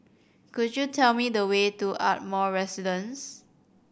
could you tell me the way to Ardmore Residence